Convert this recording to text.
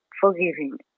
forgiving